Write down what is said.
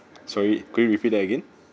sorry could you repeat that again